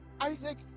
Isaac